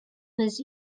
was